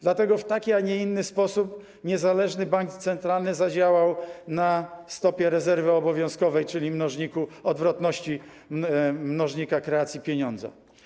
Dlatego w taki, a nie inny sposób niezależny bank centralny zadziałał na stopie rezerwy obowiązkowej, czyli odwrotności mnożnika kreacji pieniądza.